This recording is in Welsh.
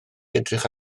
edrych